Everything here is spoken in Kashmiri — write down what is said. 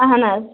اہن حظ